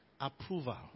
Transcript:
approval